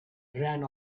ran